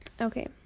Okay